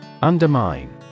Undermine